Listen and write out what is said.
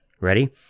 Ready